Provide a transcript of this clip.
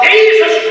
Jesus